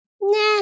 nah